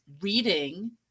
reading